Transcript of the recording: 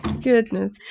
goodness